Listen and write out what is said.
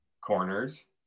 corners